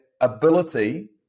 ability